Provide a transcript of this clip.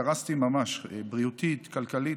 קרסתי ממש, בריאותית וכלכלית.